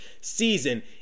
season